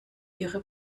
ihre